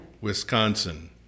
Wisconsin